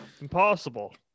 impossible